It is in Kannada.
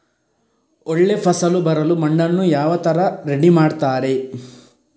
ಒಳ್ಳೆ ಫಸಲು ಬರಲು ಮಣ್ಣನ್ನು ಯಾವ ತರ ರೆಡಿ ಮಾಡ್ತಾರೆ?